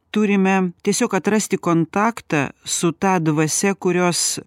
turime tiesiog atrasti kontaktą su ta dvasia kurios